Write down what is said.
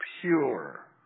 pure